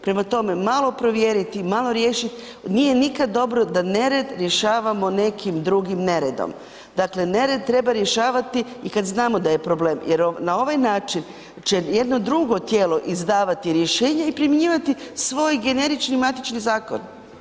Prema tome, malo provjeriti, malo riješit, nije nikad dobro da nered rješavamo nekim drugim neredom, dakle nered treba rješavati i kad znamo da je problem jer na ovaj način će jedno drugo tijelo izdavati rješenje i primjenjivati svoj generični matični zakon.